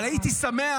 אבל הייתי שמח,